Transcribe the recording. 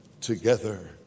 together